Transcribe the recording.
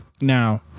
Now